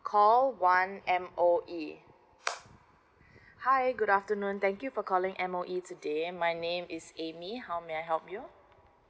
call one M_O_E hi good afternoon thank you for calling M_O_E today my name is amy how may I help you